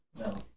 No